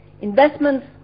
investments